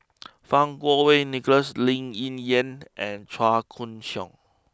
Fang Kuo Wei Nicholas Lee Ling Yen and Chua Koon Siong